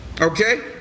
okay